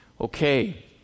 Okay